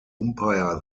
umpire